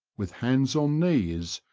with hands on knees,